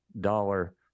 dollar